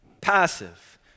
Passive